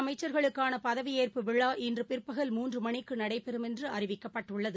அமைச்சர்களுக்கானபதவியேறபு விழா இன்றுபிற்பகல் மூன்றுமணிக்குநடைபெறும் புதிய என்றுஅறிவிக்கப்பட்டுள்ளது